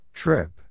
Trip